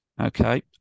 Okay